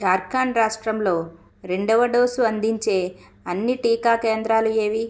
జార్కాండ్ రాష్ట్రంలో రెండవ డోసు అందించే అన్ని టీకా కేంద్రాలు ఏవి